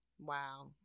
Wow